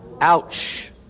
Ouch